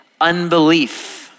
unbelief